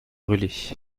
brûlées